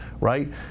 right